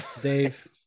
dave